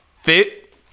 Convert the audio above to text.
fit